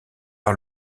par